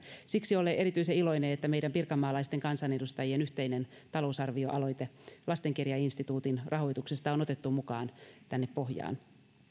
siksi olen erityisen iloinen että meidän pirkanmaalaisten kansanedustajien yhteinen talousarvioaloite lastenkirjainstituutin rahoituksesta on otettu mukaan tänne pohjaan